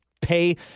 pay